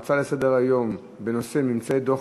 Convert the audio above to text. ההצעה לסדר-היום בנושא: ממצאי דוח